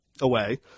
away